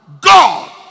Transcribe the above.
God